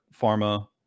pharma